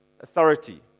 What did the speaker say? Authority